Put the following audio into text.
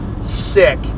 sick